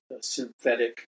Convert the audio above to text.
synthetic